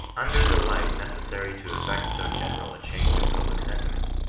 under the light necessary to effect so general a change of public sentiment,